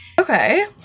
okay